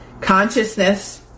Consciousness